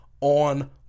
on